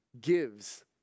gives